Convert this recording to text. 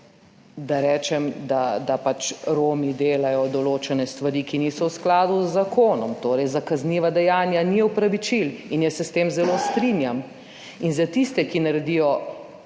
da rečem, do tega, da Romi delajo določene stvari, ki niso v skladu z zakonom. Torej, za kazniva dejanja ni opravičil in jaz se s tem zelo strinjam. Za tiste, ki naredijo